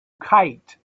kite